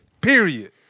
Period